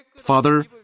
Father